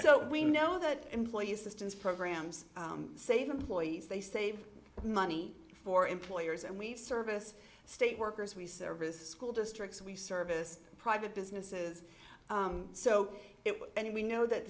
so we know that employee assistance programs save employees they save money for employers and we service state workers we service school districts we service private businesses so it and we know that